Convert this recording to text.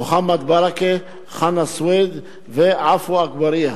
מוחמד ברכה, חנא סוייד ועפו אגבאריה.